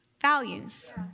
values